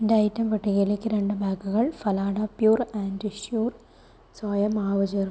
എന്റെ ഐറ്റം പട്ടികയിലേക്ക് രണ്ട് ബാഗുകൾ Phalada pure and sure soya മാവ് ചേർക്കുക